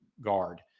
guard